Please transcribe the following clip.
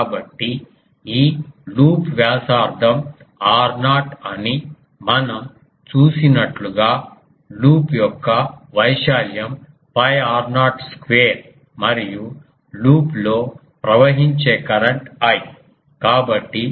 కాబట్టి ఈ లూప్ వ్యాసార్థం r0 అని మనం చూసినట్లుగా లూప్ యొక్క వైశాల్యం 𝛑 r0 స్క్వేర్ మరియు లూప్లో ప్రవహించే కరెంట్ I